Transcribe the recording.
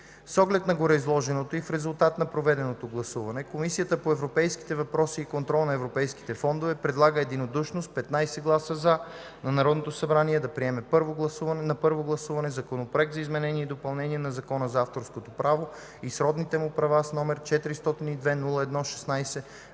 С оглед на гореизложеното и в резултат на проведеното гласуване Комисията по европейските въпроси и контрол на европейските фондове предлага единодушно (с 15 гласа „за”) на Народното събрание да приеме на първо гласуване Законопроект за изменение и допълнение на Закона за авторското право и сродните му права, № 402-01-16,